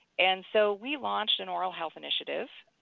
and so we launched an oral health initiative.